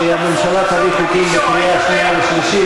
כשהממשלה תביא חוקים לקריאה שנייה ושלישית,